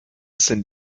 sind